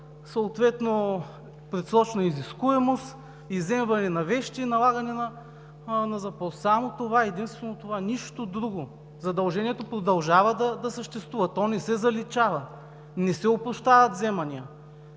съответно предсрочна изискуемост, изземване на вещи и налагане на запор – само това, единствено това, нищо друго. Задължението продължава да съществува, то не се заличава, не се опрощават вземания.